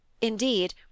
Indeed